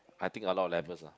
I think a lot of levels lah